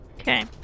Okay